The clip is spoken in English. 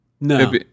no